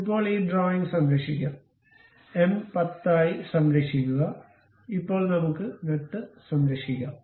ഇപ്പോൾ ഈ ഡ്രോയിംഗ് സംരക്ഷിക്കാം എം 10 ആയി സംരക്ഷിക്കുക ഇപ്പോൾ നമുക്ക് നട്ട് സംരക്ഷിക്കാം